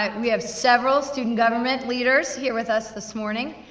like we have several student government leaders here with us this morning.